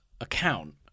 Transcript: account